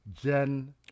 Jen